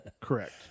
Correct